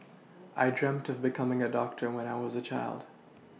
I dreamt of becoming a doctor when I was a child